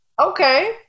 Okay